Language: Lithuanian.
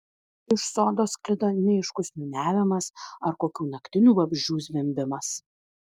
iš sodo sklido neaiškus niūniavimas ar kokių naktinių vabzdžių zvimbimas